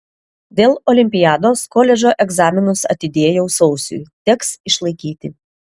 dėl olimpiados koledžo egzaminus atidėjau sausiui teks išlaikyti